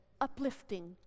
uplifting